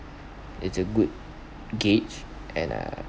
it's a good gauge and uh